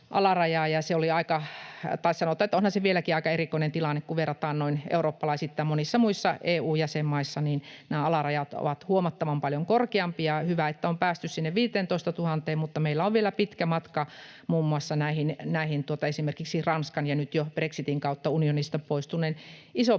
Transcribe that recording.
vieläkin aika erikoinen tilanne, kun verrataan noin eurooppalaisittain: monissa muissa EU-jäsenmaissa nämä alarajat ovat huomattavan paljon korkeampia. On hyvä, että on päästy sinne 15 000:een, mutta meillä on vielä pitkä matka muun muassa esimerkiksi Ranskan ja nyt jo brexitin kautta unionista poistuneen